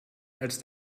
als